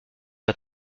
pas